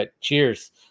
cheers